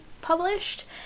published